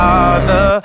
Father